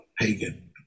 pagan